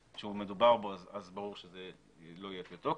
שמדובר בו, ברור שזה לא יהיה בתוקף,